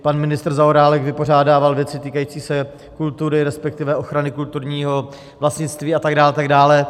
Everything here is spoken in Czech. Pan ministr Zaorálek vypořádával věci týkající se kultury, respektive ochrany kulturního vlastnictví, a tak dále, a tak dále.